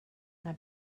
and